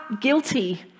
guilty